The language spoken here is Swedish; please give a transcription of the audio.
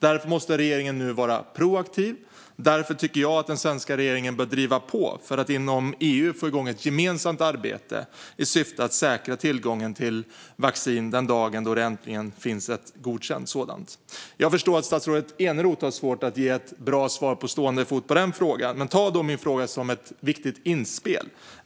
Därför måste regeringen nu vara proaktiv. Därför tycker jag att den svenska regeringen bör driva på för att inom EU få igång ett gemensamt arbete i syfte att säkra tillgången till vaccin den dagen då det äntligen finns ett godkänt sådant. Jag förstår att statsrådet Eneroth har svårt att på stående fot ge ett bra svar på min fråga. Men ta den då som ett viktigt inspel!